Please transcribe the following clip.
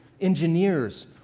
Engineers